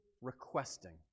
requesting